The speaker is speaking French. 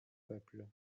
peuples